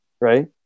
right